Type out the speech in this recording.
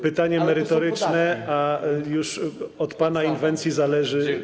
pytanie merytoryczne, a już od pana inwencji to zależy.